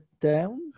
down